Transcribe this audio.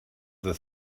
the